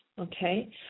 okay